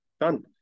done